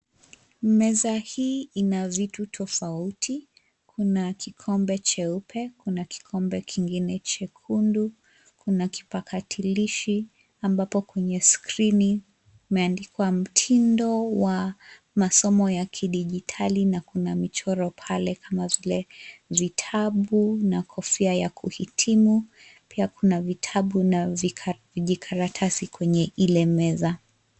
Meza hii ina vitu tofauti, kuna kikombe cheupe kuna kikombe kingine chekundu, kuna kipakatalishi, ambapo kwenye skrini, imeandikwa mtindo wa masomo ya kidijitali na kuna michoro pale kama vile, vitabu na kofia ya kuhitimu, pia kuna vitabu na vijikatarasi kwenye ile meza.